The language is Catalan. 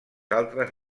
altres